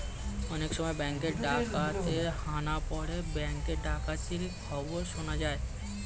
অনেক সময় ব্যাঙ্কে ডাকাতের হানা পড়ে ব্যাঙ্ক ডাকাতির খবর শোনা যায়